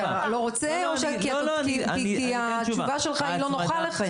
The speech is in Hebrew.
אתה לא רוצה לענות או שאתה לא עונה כי התשובה שלך היא לא נוחה לכם?